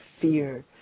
fear